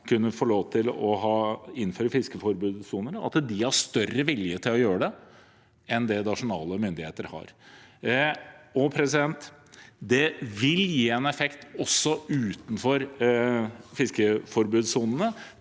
kan få lov til å innføre fiskeforbudssoner, er at vi tror at de har større vilje til å gjøre det enn det nasjonale myndigheter har. Det vil gi en effekt også utenfor fiskeforbudssonene,